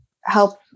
help